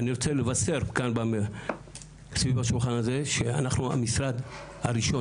אני רוצה לבשר כאן סביב השולחן הזה שאנחנו המשרד הראשון